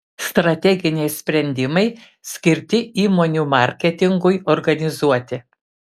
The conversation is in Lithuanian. strateginiai sprendimai skirti įmonių marketingui organizuoti